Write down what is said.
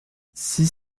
six